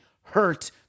hurt